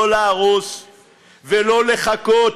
לא להרוס ולא לחכות.